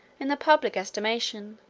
in the public estimation,